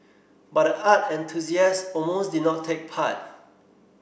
but the art enthusiast almost did not take part